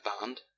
band